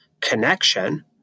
connection